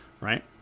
right